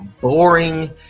boring